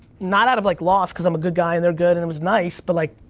not out of like, loss, cause i'm a good guy, and they're good and it was nice, but like,